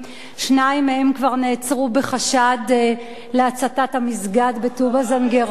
שניים מהם כבר נעצרו בחשד להצתת המסגד בטובא-זנגרייה.